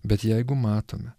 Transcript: bet jeigu matome